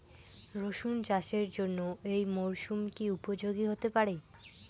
রসুন চাষের জন্য এই মরসুম কি উপযোগী হতে পারে?